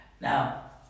Now